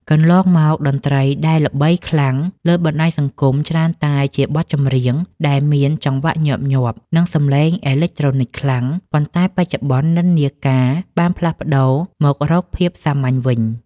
កន្លងមក តន្ត្រីដែលល្បីខ្លាំងលើបណ្តាញសង្គមច្រើនតែជាបទចម្រៀងដែលមានចង្វាក់ញាប់ៗ និងសំឡេងអេឡិចត្រូនិកខ្លាំង ប៉ុន្តែបច្ចុប្បន្ននិន្នាការបានប្តូរមករកភាពសាមញ្ញវិញ។